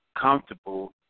comfortable